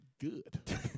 good